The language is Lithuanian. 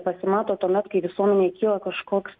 pasimato tuomet kai visuomenėj kyla kažkoks